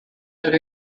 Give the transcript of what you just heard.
have